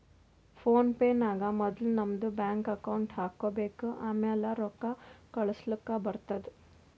phone pay ನಾಗ್ ಮೊದುಲ್ ನಮ್ದು ಬ್ಯಾಂಕ್ ಅಕೌಂಟ್ ಹಾಕೊಬೇಕ್ ಆಮ್ಯಾಲ ರೊಕ್ಕಾ ಕಳುಸ್ಲಾಕ್ ಬರ್ತುದ್